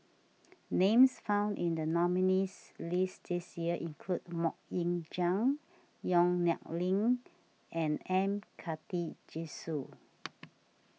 names found in the nominees' list this year include Mok Ying Jang Yong Nyuk Lin and M Karthigesu